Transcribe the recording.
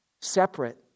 separate